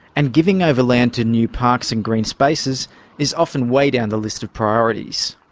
and giving over land to new parks and green spaces is often way down the list of priorities.